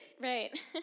Right